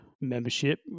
membership